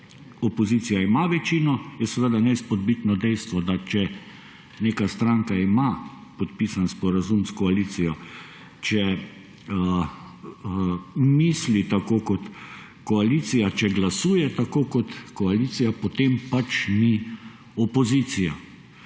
opozicija ima večino, je seveda neizpodbitno dejstvo, da če ima neka stranka podpisan sporazum s koalicijo, če misli tako kot koalicija, če glasuje tako kot koalicija, potem pač ni opozicija.